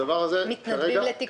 אז היא תהיה פיסיבילית.